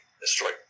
destroyed